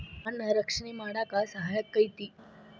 ಮಣ್ಣ ರಕ್ಷಣೆ ಮಾಡಾಕ ಸಹಾಯಕ್ಕತಿ